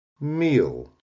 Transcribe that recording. meal